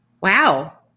Wow